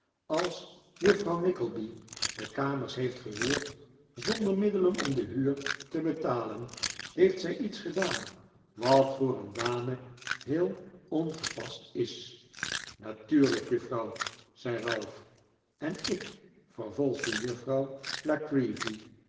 als juffrouw nickleby de kamers heeft gehuurd zonder middelen om de huur te betalen heeft zij iets gedaan wat voor een dame heel ongepast is natuurlijk juffrouw zei ralph en ik vervolgde juffrouw la creevy